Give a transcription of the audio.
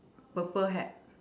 purple hat